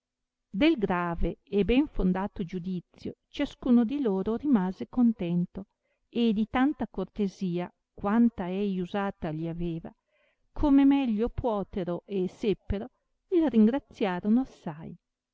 del grave e ben fondato giudizio ciascuno di loro rimase contento e di tanta cortesia quanta ei usata gli aveva come meglio puotero e seppero il ringraziorono assai